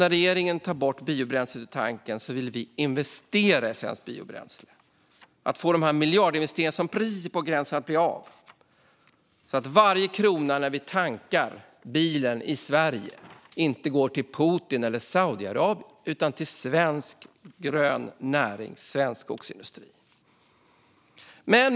När regeringen tar bort biobränslet i tanken vill vi investera i svenskt biobränsle. Miljardinvesteringarna, som precis var på gränsen att bli av, ska se till att inte varje krona när vi tankar bilen i Sverige går till Putin eller Saudiarabien utan till svensk, grön näring, till svensk skogsindustri. Fru talman!